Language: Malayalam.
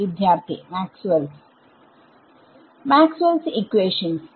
വിദ്യാർത്ഥി മാക്സ്വെൽസ്Maxwells മാക്സ്വെൽസ് ഇക്വേഷൻസ്Maxwells equation